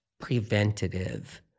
preventative